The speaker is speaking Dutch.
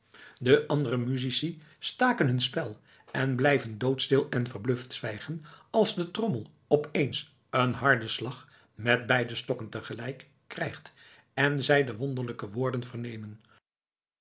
de andere musici staken hun spel en blijven doodstil en verbluft zwijgen als de trommel op eens een harden slag met beide stokken te gelijk krijgt en zij de wonderlijke woorden vernemen